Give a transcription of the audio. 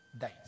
days